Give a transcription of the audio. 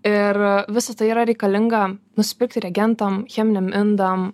ir visa tai yra reikalinga nusipirkti regentam cheminiam indam